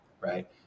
right